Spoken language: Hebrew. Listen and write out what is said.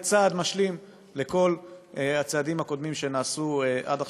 צעד משלים לכל הצעדים הקודמים שנעשו עד עכשיו,